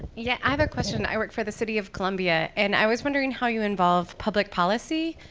yeah, i have a question. i work for the city of columbia and i was wondering how you involve public policy